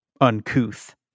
uncouth